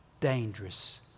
dangerous